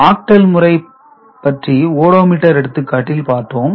octal முறை பற்றி odometer எடுத்துக்காட்டில் பார்த்தோம்